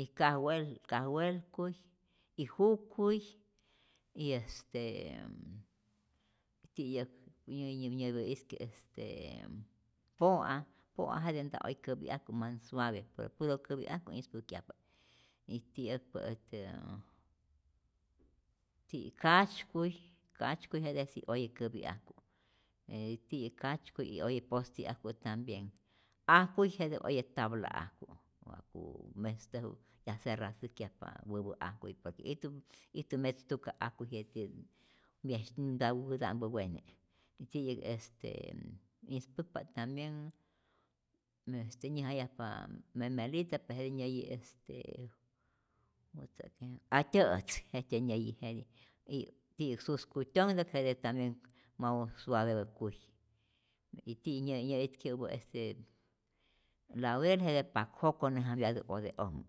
y kajwel kajwelkuy y jukuy y estemm- ti'yäk nyäyi nyäyi itke po'a po'a jete nta oye käpi'ajku man suave, pero puro käpi'ajku ispäjkyapa't y ti'yäkpä est ti katzykuy katzykuy jete si oye käpi'ajku y tiyäk katzykuy y oye posti'ajku tambien, ajkuy jete oye tabla'ajku, wa'ku mestäju yaserratzäjkyajpa wäpä ajkuy por que ijtu ijtu metz tuka ajkuy jetye myes y nta wäta'mpä wene y ti'yäk este ispäkpa't tambien este nyäjayajpa memelita pe jetij nyäyi estee jutzakejä'k atyä'ätz jejtzye nyäyi jeti y ti'yäk suskutyonhtok jete tambien mau sauvebä kuy y ti'yäk nya'itke'upä este laurel jete pakjokä näjapyatä ote'ojmä.